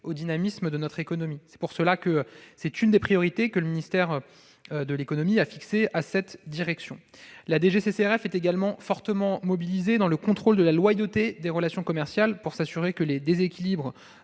dynamisme de notre économie. C'est pourquoi elles sont l'une des priorités que le ministère de l'économie a fixées à cette direction. La DGCCRF est également fortement mobilisée pour garantir le contrôle de la loyauté des relations commerciales et s'assurer que les déséquilibres